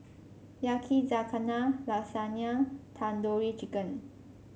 Yakizakana Lasagne Tandoori Chicken